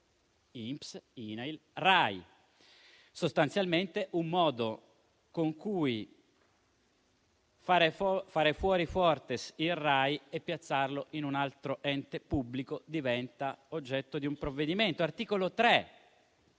INPS, INAIL, RAI: sostanzialmente un modo con cui fare fuori Fuortes dalla RAI e piazzarlo in un altro ente pubblico diventa oggetto di un provvedimento.